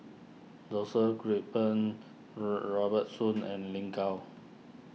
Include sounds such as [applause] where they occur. Joseph Grimberg [unintelligible] Robert Soon and Lin Gao